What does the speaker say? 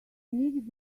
needed